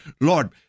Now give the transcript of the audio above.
Lord